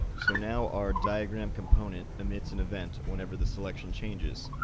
so now our diagram component emits an event whenever the selection changes,